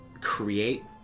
create